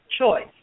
choice